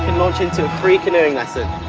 launch into a free canoeing lesson.